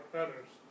others